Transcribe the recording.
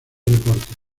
deportes